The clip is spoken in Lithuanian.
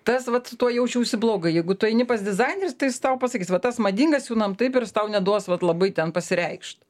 tas vat su tuo jaučiausi blogai jeigu tu eini pas dizainerius tai jis tau pasakys va tas madingas siūnam taip ir jis tau neduos vat labai ten pasireikšt